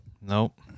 Nope